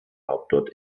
hauptort